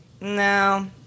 no